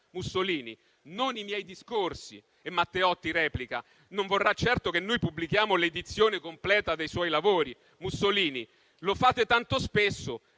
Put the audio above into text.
Mussolini: «Non i miei discorsi». E Matteotti replica: «Non vorrà certo che noi pubblichiamo l'edizione completa dei suoi lavori!». Mussolini: «Lo fate tanto spesso!